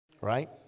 right